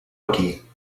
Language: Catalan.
aquí